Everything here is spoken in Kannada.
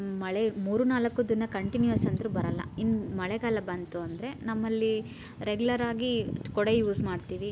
ಮಳೆ ಮೂರು ನಾಲ್ಕು ದಿನ ಕಂಟಿನ್ಯೂಯಸ್ ಅಂತೂ ಬರೋಲ್ಲ ಇನ್ನು ಮಳೆಗಾಲ ಬಂತು ಅಂದರೆ ನಮ್ಮಲ್ಲಿ ರೆಗ್ಯುಲರಾಗಿ ಕೊಡೆ ಯೂಸ್ ಮಾಡ್ತೀವಿ